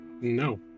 No